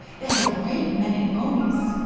they have a great many ponies.